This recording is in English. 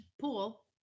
pool